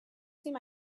seen